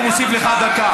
אני מוסיף לך דקה.